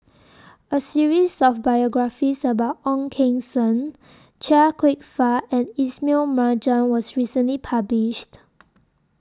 A series of biographies about Ong Keng Sen Chia Kwek Fah and Ismail Marjan was recently published